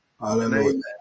Amen